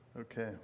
okay